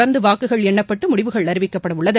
தொடர்ந்து வாக்குகள் எண்ணப்பட்டு முடிவுகள் அறிவிக்கப்படவுள்ளது